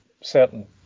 certain